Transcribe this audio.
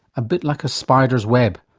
a bit like a spider's web.